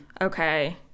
Okay